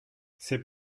c’est